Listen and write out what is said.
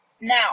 Now